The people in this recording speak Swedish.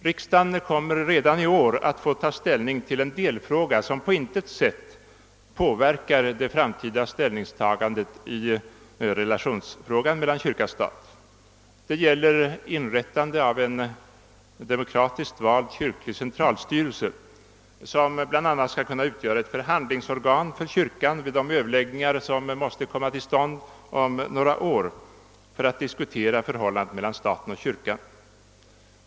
Riksdagen kommer redan i år att få ta ställning till en delfråga som på intet sätt påverkar det framtida ställningstagandet i relationsfrågan mellan kyrka och stat. Det gäller inrättande av en demokratiskt vald kyrklig centralstyrelse, som bl.a. skall kunna utgöra ett förhandlingsorgan för kyrkan vid de överläggningar som måste komma till stånd om några år för att diskutera förhållandet mellan staten och kyrkan.